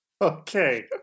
Okay